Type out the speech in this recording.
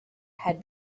had